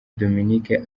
dominic